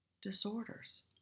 disorders